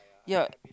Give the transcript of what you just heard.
ya